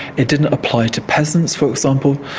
it didn't apply to peasants, for example.